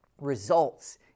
results